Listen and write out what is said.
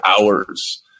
hours